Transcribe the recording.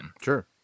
Sure